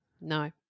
No